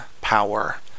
power